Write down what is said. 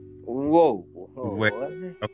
Whoa